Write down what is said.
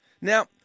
Now